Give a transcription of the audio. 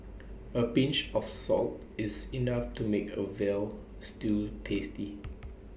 A pinch of salt is enough to make A Veal Stew tasty